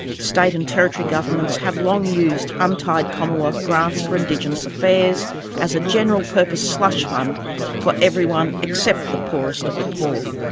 state and territory governments have long used untied commonwealth grants for indigenous affairs as a general-purpose slush fund for everyone except the poorest of the poor,